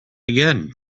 again